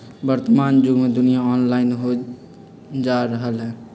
वर्तमान जुग में दुनिया ऑनलाइन होय जा रहल हइ